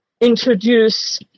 introduce